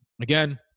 again